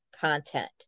content